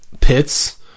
pits